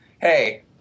hey